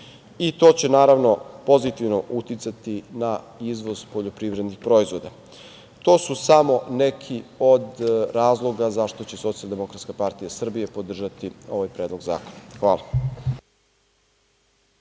I to će, naravno, pozitivno uticati na izvoz poljoprivrednih proizvoda. To su samo neki od razloga zašto će Socijaldemokratska partija Srbije podržati ovaj predlog zakona. Hvala.